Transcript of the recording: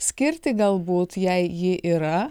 skirti galbūt jei ji yra